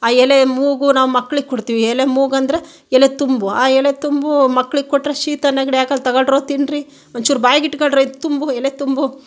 ಆ ಎಲೆ ಮೂಗು ನಾವು ಮಕ್ಕಳಿಗೆ ಕೊಡ್ತೀವಿ ಎಲೆ ಮೂಗು ಅಂದರೆ ಎಲೆ ತುಂಬು ಆ ಎಲೆ ತುಂಬು ಮಕ್ಕಳಿಗೆ ಕೊಟ್ಟರೆ ಶೀತ ನೆಗಡಿಯಾಗಲ್ಲ ತಗಳ್ರೋ ತಿನ್ನಿರಿ ಒಂಚೂರು ಬಾಯಿಗೆ ಇಟ್ಕೊಳ್ರಿ ತುಂಬು ಎಲೆ ತುಂಬು